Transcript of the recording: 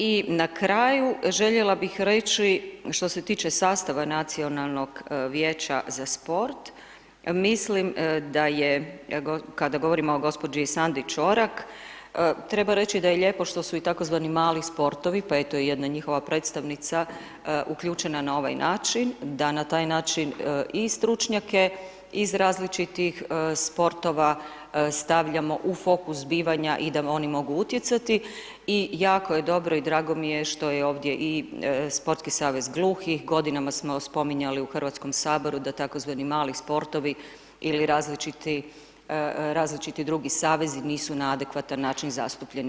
I na kraju željela bih reći što se tiče sastava Nacionalnog vijeća za sport, mislim da je kada govorim o gospođi Sandi Čorak treba reći da je lijepo što su i tzv. mali sportovi pa eto i jedna njihova predstavnica uključena na ovaj način, da na taj način i stručnjake iz različitih sportova stavljamo u fokus zbivanja i da oni mogu utjecati i jako je dobro i drago mi je što je ovdje Sportski savez gluhih, godinama smo spominjali u Hrvatskom saboru da tzv. mali sportovi ili različiti drugi savezi nisu na adekvatan način zastupljeni.